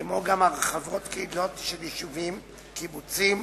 כמו גם הרחבות קהילתיות של יישובים, קיבוצים,